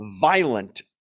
violent